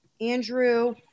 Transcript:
andrew